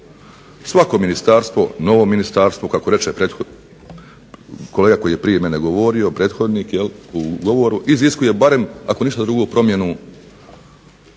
Svako ministarstvo, novo ministarstvo kako reče kolega koji je prije mene govorio prethodnik u govoru, iziskuje barem ako ništa promjenu